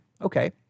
Okay